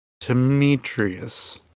Demetrius